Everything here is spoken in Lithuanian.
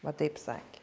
va taip sakė